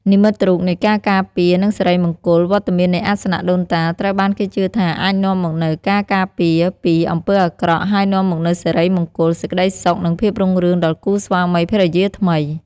និមិត្តរូបនៃការការពារ និងសិរីមង្គល វត្តមាននៃអាសនៈដូនតា ត្រូវបានគេជឿថាអាចនាំមកនូវការការពារពីអំពើអាក្រក់ ហើយនាំមកនូវសិរីមង្គល សេចក្ដីសុខ និងភាពរុងរឿងដល់គូស្វាមីភរិយាថ្មី។